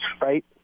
Right